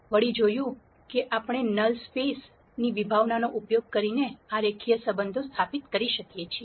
અમે જોયું કે આપણે નલ સ્પેસ ની વિભાવનાનો ઉપયોગ કરીને આ રેખીય સંબંધો સ્થાપિત કરી શકીએ છીએ